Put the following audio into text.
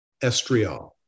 estriol